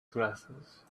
glasses